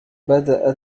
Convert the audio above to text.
بدأت